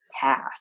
task